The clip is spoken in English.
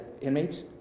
inmates